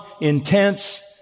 intense